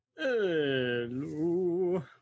Hello